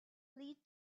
plead